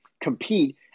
compete